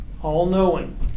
All-knowing